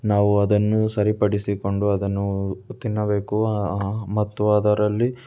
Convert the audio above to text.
ನಾವು ಅದನ್ನು ಸರಿಪಡಿಸಿಕೊಂಡು ಅದನ್ನೂ ತಿನ್ನಬೇಕು ಮತ್ತು ಅದರಲ್ಲಿ